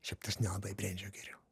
šiaip tai aš nelabai brendžio geriu